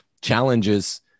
challenges